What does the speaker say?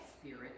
spirit